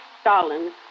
Stalin